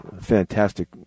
fantastic